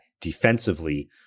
defensively